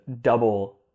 double